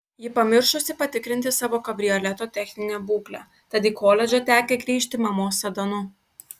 ji pamiršusi patikrinti savo kabrioleto techninę būklę tad į koledžą tekę grįžti mamos sedanu